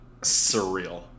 surreal